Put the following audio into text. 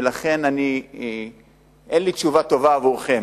ולכן, אין לי תשובה טובה עבורכם